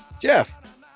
Jeff